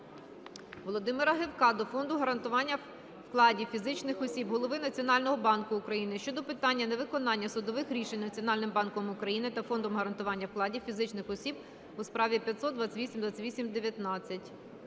Володимира Гевка до Фонду гарантування вкладів фізичних осіб, Голови Національного банку України щодо питання невиконання судових рішень Національним банком України та Фондом гарантування вкладів фізичних осіб по справі 500/2828/19.